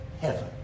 heaven